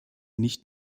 nicht